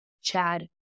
Chad